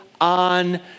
on